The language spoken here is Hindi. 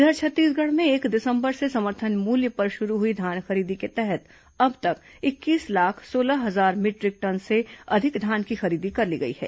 इधर छत्तीसगढ़ में एक दिसंबर से समर्थन मूल्य पर शुरू हुई धान खरीदी के तहत अब तक इकतीस लाख सोलह हजार मीटरिक टन से अधिक धान की खरीदी कर ली गई है